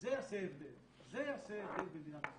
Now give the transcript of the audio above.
וזה יעשה הבדל במדינת ישראל.